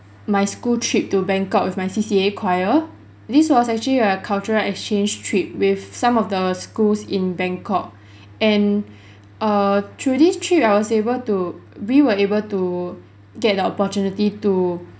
my school trip to bangkok with my C_C_A choir this was actually a cultural exchange trip with some of the schools in bangkok and err through this trip I was able to we were able to get the opportunity to